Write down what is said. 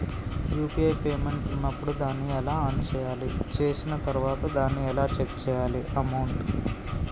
UPI payment ఉన్నప్పుడు దాన్ని ఎలా ఆన్ చేయాలి? చేసిన తర్వాత దాన్ని ఎలా చెక్ చేయాలి అమౌంట్?